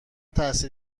تحصیل